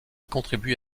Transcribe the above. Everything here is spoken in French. contribue